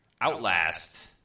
Outlast